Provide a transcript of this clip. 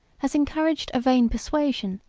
has encouraged a vain persuasion,